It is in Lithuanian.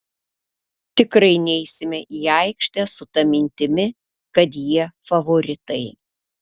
tikrai neisime į aikštę su ta mintimi kad jie favoritai